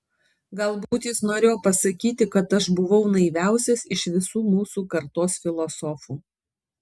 galbūt jis norėjo pasakyti kad aš buvau naiviausias iš visų mūsų kartos filosofų